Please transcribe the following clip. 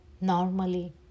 normally